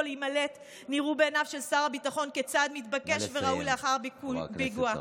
להימלט נראו בעיניו של שר הביטחון כצעד מתבקש וראוי לאחר פיגוע,